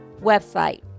website